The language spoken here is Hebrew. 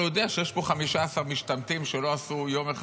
הוא יודע שיש פה 15 משתמטים שלא עשו צבא יום אחד,